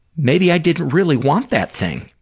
maybe i didn't really want that thing.